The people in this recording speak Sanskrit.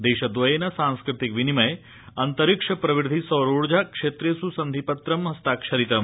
देशद्वयेन सांस्कृतिक विनिमय अंतरिक्ष प्रविधि सौरोर्जा क्षेत्रेष् सन्धि पत्र हस्ताक्षरितम्